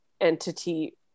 entity